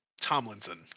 Tomlinson